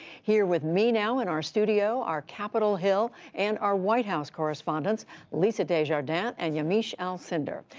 here with me now in our studio, our capitol hill and our white house correspondents lisa desjardins and yamiche alcindor,